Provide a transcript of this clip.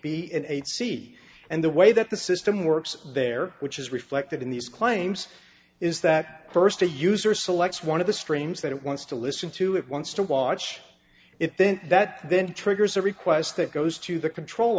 c and the way that the system works there which is reflected in these claims is that first a user selects one of the streams that it wants to listen to it wants to watch it then that then triggers a request that goes to the control